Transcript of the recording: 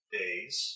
days